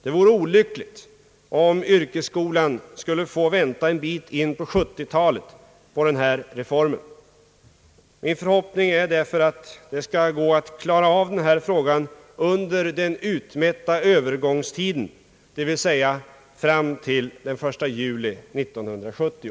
Det vore olyckligt om yrkesskolan skulle få vänta en bit in på 1970-talet på den reformen. Min förhoppning är därför att det skall gå att klara denna fråga under den utmätta övergångstiden, dvs. fram till den 1 juli 1970.